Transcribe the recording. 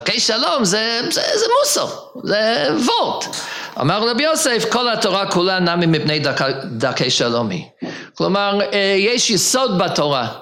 היי שלום זה מוסר, זה וורט. אמר רבי יוסף, כל התורה כולה נמי מפני דרכי שלום היא. כלומר, יש יסוד בתורה.